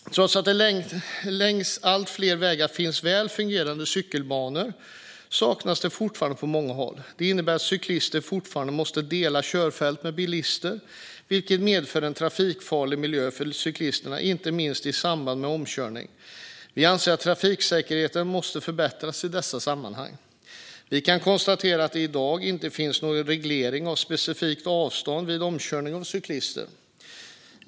Trots att det längs allt fler vägar finns väl fungerande cykelbanor saknas detta fortfarande på många håll. Det innebär att cyklister fortfarande måste dela körfält med bilister, vilket medför en trafikfarlig miljö för cyklisterna, inte minst i samband med omkörning. Vi anser att trafiksäkerheten måste förbättras i dessa sammanhang. Vi kan konstatera att det i dag inte finns någon reglering av specifikt avstånd vid omkörning av cyklister.